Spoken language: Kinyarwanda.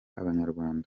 abanyarwanda